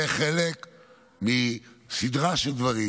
זה חלק מסדרה של דברים,